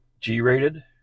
G-rated